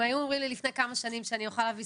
אם היו אומרים לי לפני כמה שנים שאני אוכל להביא